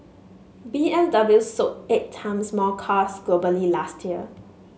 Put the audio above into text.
B M W sold eight times more cars globally last year